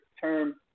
term